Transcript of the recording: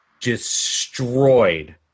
destroyed